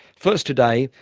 first today,